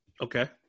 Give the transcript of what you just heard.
Okay